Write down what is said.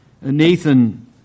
Nathan